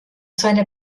seiner